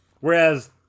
Whereas